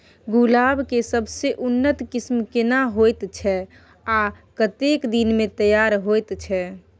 गुलाब के सबसे उन्नत किस्म केना होयत छै आ कतेक दिन में तैयार होयत छै?